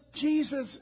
Jesus